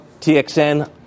TXN